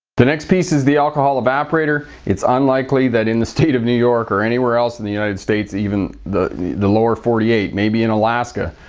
the next piece is the alcohol evaporator. it's unlikely that in the state of new york or anywhere else in the united states even the the lower forty eight maybe in alaska,